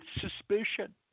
suspicion